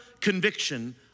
conviction